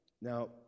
Now